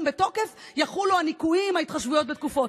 בתוקף יחולו הניכויים וההתחשבויות בתקופות.